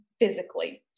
physically